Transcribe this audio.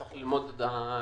צריך ללמוד.